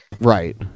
Right